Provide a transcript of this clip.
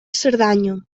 cerdanya